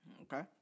Okay